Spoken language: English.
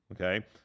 Okay